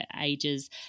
ages